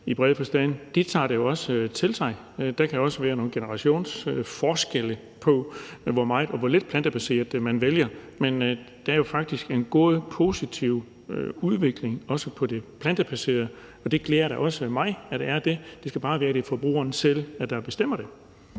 i bred forstand, tager det til sig. Der kan også være nogle generationsforskelle på, hvor meget og hvor lidt plantebaseret mad man vælger, men der er jo faktisk en god og positiv udvikling i gang i forhold til det plantebaserede. Og det glæder da også mig, at der er det. Det skal bare være forbrugeren selv, der bestemmer det.